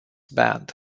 band